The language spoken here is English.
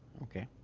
okay.